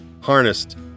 harnessed